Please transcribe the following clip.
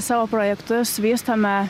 savo projektus vystome